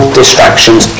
distractions